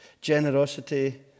generosity